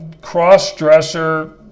cross-dresser